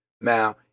Now